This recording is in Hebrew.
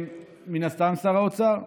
מן הסתם שר האוצר.